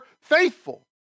faithful